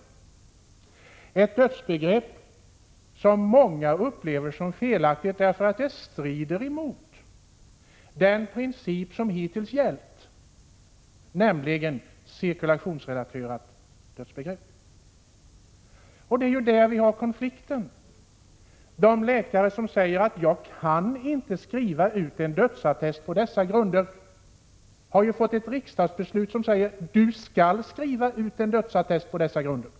Det är ett dödsbegrepp som många upplever som felaktigt därför att det strider mot den princip som hittills har gällt — ett cirkulationsrelaterat dödsbegrepp. Det är där vi har konflikten. De läkare som säger att de inte kan skriva ut en dödsattest på dessa grunder får ett riksdagsbeslut som fastställer att de skall skriva ut en dödsattest på sådana grunder.